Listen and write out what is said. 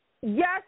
Yes